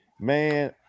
man